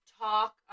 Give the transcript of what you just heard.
talk